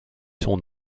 son